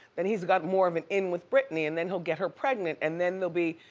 then he's got more of an in with britney and then he'll get her pregnant and then they'll be,